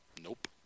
Nope